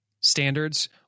Standards